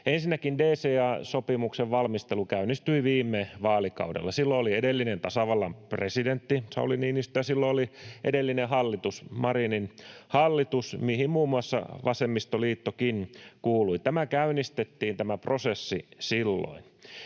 Ensinnäkin DCA-sopimuksen valmistelu käynnistyi viime vaalikaudella. Silloin oli edellinen tasavallan presidentti, Sauli Niinistö, ja silloin oli edellinen hallitus, Marinin hallitus, mihin muun muassa vasemmistoliittokin kuului. Tämä prosessi käynnistettiin silloin.